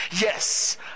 Yes